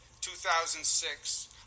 2006